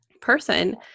Person